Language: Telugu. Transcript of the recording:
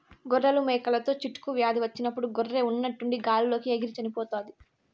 గొర్రెలు, మేకలలో చిటుకు వ్యాధి వచ్చినప్పుడు గొర్రె ఉన్నట్టుండి గాలి లోకి ఎగిరి చనిపోతాది